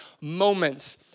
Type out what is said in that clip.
moments